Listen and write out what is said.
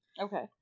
Okay